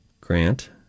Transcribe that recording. Grant